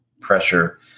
pressure